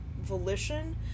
volition